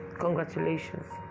Congratulations